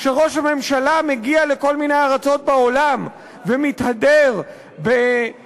כשראש מממשלה מגיע לכל מיני ארצות בעולם ומתהדר במצב